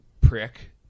prick